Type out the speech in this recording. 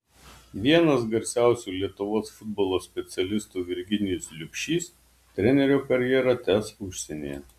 vienas garsiausių lietuvos futbolo specialistų virginijus liubšys trenerio karjerą tęs užsienyje